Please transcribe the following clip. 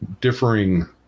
differing